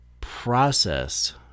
process